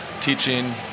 teaching